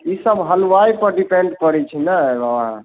ई सब हलवाइ पर डिपेण्ड करैत छै ने बाबा